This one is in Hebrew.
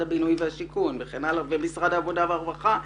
הבינוי והשיכון ומשרד העבודה והרווחה וכן הלאה.